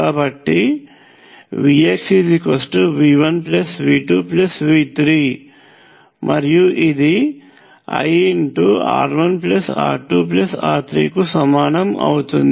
కాబట్టి VxV1V2V3 మరియు ఇది IR1R2R3 కు సమానము అవుతుంది